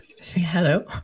hello